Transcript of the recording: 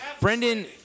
Brendan